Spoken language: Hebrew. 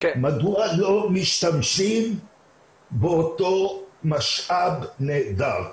מדוע לא משתמשים באותו משאב נהדר.